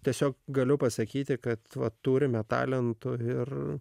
tiesiog galiu pasakyti kad va turime talentų ir